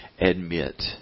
admit